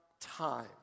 time